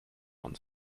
von